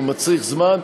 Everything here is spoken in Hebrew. הוא מצריך זמן.